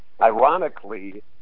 ironically